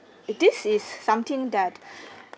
it this is something that